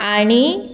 आणी